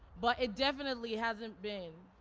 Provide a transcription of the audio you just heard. but it definitely hasn't been.